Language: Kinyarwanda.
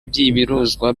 by’ibiruzwa